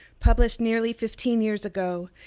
published nearly fifteen years ago,